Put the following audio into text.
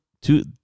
two